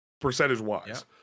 percentage-wise